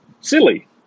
silly